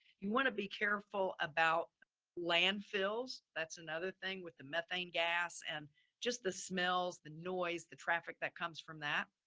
you want to be careful about landfills. that's another thing with the methane gas and just the smells, the noise, the traffic that comes from that.